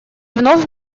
вновь